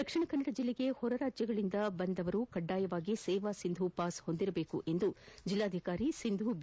ದಕ್ಷಿಣ ಕನ್ನಡ ಜಿಲ್ಲೆಗೆ ಹೊರ ರಾಜ್ಯಗಳಿಂದ ಆಗಮಿಸುವವರು ಕಡ್ಡಾಯವಾಗಿ ಸೇವಾಸಿಂಧೂ ಪಾಸ್ ಹೊಂದಿರಬೇಕು ಎಂದು ಜಿಲ್ಲಾಧಿಕಾರಿ ಸಿಂಧು ಬಿ